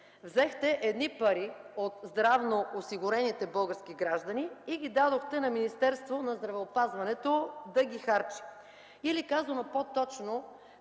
Взехте едни пари от здравноосигурените български граждани и ги дадохте на Министерството на здравеопазването, за да ги харчи. Казано по-точно: